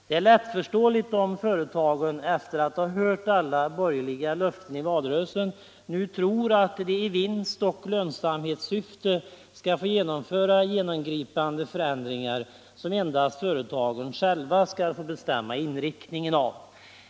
Det är lättförståeligt om företagen efter att ha hört de borgerligas alla löften i valrörelsen nu tror att de i vinstoch lönsamhetssyfte skall få genomföra genomgripande förändringar som endast företagen själva skall få bestämma inriktningen av.